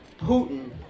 Putin